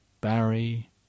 Barry